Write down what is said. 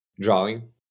Drawing